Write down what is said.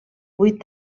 vuit